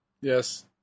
Yes